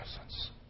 presence